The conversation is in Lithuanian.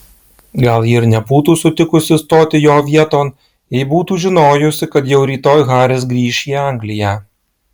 gal ji ir nebūtų sutikusi stoti jo vieton jei būtų žinojusi kad jau rytoj haris grįš į angliją